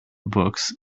books